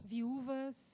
Viúvas